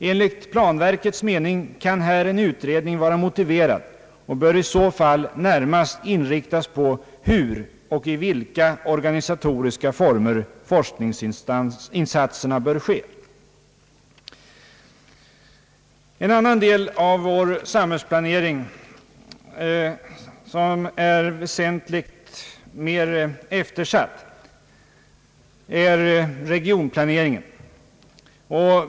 Enligt planverkets mening kan här en utredning vara motiverad och bör i så fall närmast inriktas på hur och i vilka organisatoriska former forskningsinsatserna bör ske». En annan del av vår samhällsplanering som är väsentligt mer eftersatt är regionplaneringen.